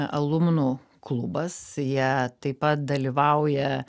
alumnų klubas jie taip pat dalyvauja